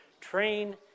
train